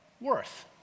worth